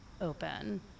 open